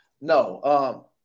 No